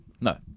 no